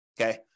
Okay